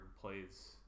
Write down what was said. plays